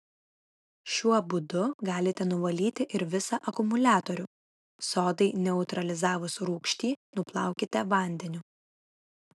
šiuo būdu galite nuvalyti ir visą akumuliatorių sodai neutralizavus rūgštį nuplaukite vandeniu